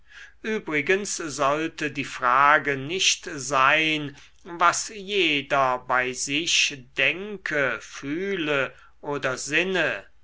übrigens sollte die frage nicht sein was jeder bei sich denke fühle oder sinne